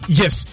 yes